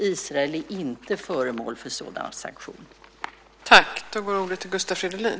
Israel är inte föremål för någon sådan sanktion.